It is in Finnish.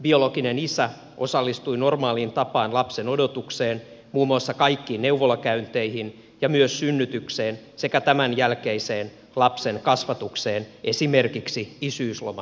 biologinen isä osallistui normaaliin tapaan lapsen odotukseen muun muassa kaikkiin neuvolakäynteihin ja myös synnytykseen sekä tämän jälkeiseen lapsen kasvatukseen esimerkiksi isyysloman muodossa